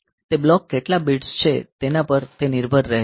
તે બ્લોકમાં કેટલા બિટ્સ છે તેના પર તે નિર્ભર રહેશે